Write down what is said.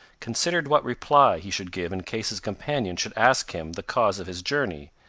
considered what reply he should give in case his companion should ask him the cause of his journey,